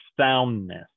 soundness